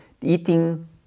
eating